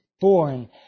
born